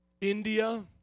India